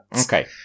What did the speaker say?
Okay